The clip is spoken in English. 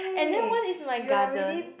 and then one is my garden